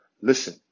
Listen